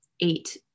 eight